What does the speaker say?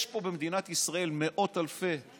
יש במדינת ישראל מאות אלפי